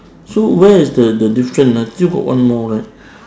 so where is the the different ah still got one more right